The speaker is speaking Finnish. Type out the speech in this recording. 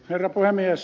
herra puhemies